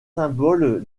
symboles